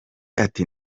ati